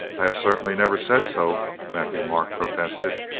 i have certainly never said so, matthieu-marc protested.